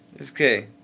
Okay